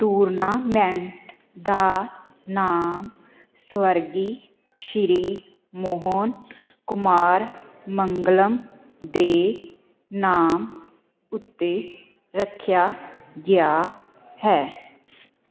tournament ਦਾ ਨਾਮ ਸਵਰਗੀ ਸ਼੍ਰੀ ਮੋਹਨ ਕੁਮਾਰ ਮੰਗਲਮ ਦੇ ਨਾਮ ਉੱਤੇ ਰੱਖਿਆ ਗਿਆ ਹੈ